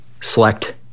select